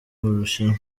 bushinwa